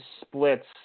splits